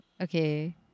Okay